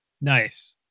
Nice